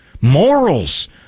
morals